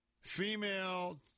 female